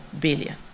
billion